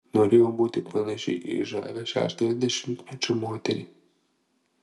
norėjau būti panaši į žavią šeštojo dešimtmečio moterį